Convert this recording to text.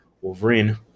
Wolverine